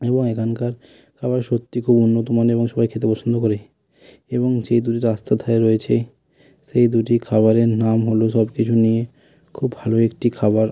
এবং এখানকার খাবার সত্যি খুবই উন্নত মানের এবং সবাই খেতে পছন্দ করে এবং যে দুটি রাস্তার ধারে রয়েছে সেই দুটি খাবারের নাম হলো সব কিছু নিয়ে খুব ভালো একটি খাবার